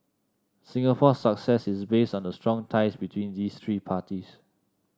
Singapore's success is based on the strong ties between these three parties